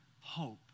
hope